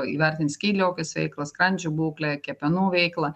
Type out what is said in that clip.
įvertint skydliaukės veiklą skrandžio būklę kepenų veiklą